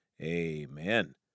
amen